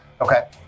Okay